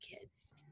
kids